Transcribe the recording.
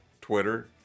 Twitter